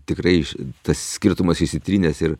tikrai tas skirtumas įsitrynęs ir